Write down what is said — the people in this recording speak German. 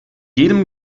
jedem